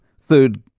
Third